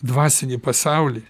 dvasinį pasaulį